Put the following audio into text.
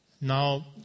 Now